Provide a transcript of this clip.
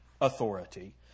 authority